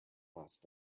last